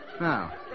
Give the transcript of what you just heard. Now